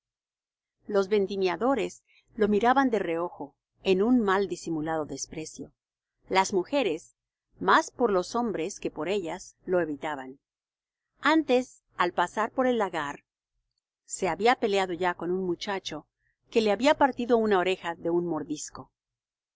los vendimiadores lo miraban de reojo en un mal disimulado desprecio las mujeres más por los hombres que por ellas lo evitaban antes al pasar por el lagar se había peleado ya con un muchacho que le había partido una oreja de un mordisco